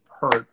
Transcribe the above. hurt